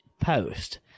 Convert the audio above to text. post-